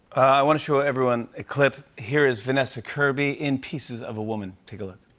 i want to show everyone a clip. here is vanessa kirby in pieces of a woman. take a look.